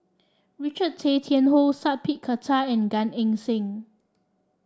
Richard Tay Tian Hoe Sat Pal Khattar and Gan Eng Seng